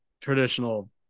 traditional